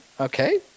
okay